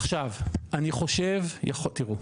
עכשיו תראו,